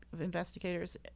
investigators